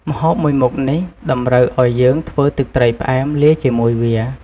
ម្ហូបមួយមុខនេះតម្រូវឲ្យយើងធ្វើទឹកត្រីផ្អែមលាយជាមួយវា។